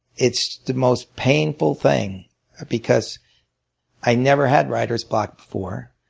it's the most painful thing because i never had writer's block before.